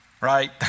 Right